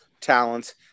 talents